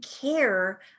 care